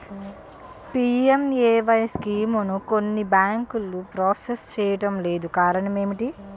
PMAY స్కీమును కొన్ని బ్యాంకులు ప్రాసెస్ చేయడం లేదు కారణం ఏమిటి?